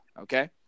Okay